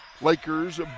Lakers